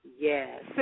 yes